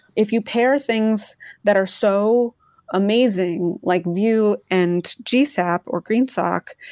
if you pair things that are so amazing, like vue and gsap or greensock,